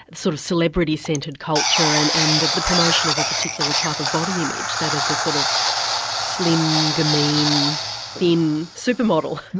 and sort of celebrity-centred culture and and the promotion of a particular type of body image, that of the sort of slim gamin thin super model.